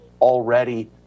already